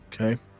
Okay